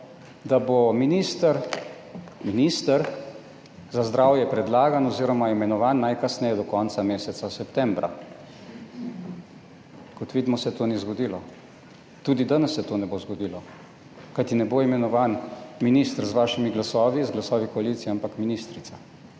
da bo minister za zdravje predlagan oziroma imenovan najkasneje do konca meseca septembra. Kot vidimo se to ni zgodilo. Tudi danes se to ne bo zgodilo, kajti ne bo imenovan minister z vašimi glasovi, z glasovi koalicije, ampak ministrica.